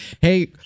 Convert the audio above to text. Hey